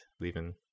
leaving